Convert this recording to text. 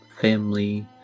family